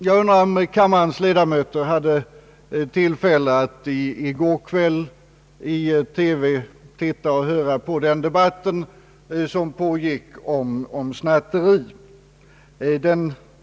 Jag undrar om kammarens ledamöter hade tillfälle att i går kväll i TV se och åhöra den debatt som sändes om snatteri.